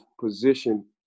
position